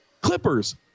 Clippers